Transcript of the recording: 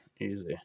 easy